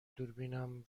دوربینم